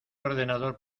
ordenador